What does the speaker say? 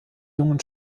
jungen